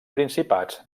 principats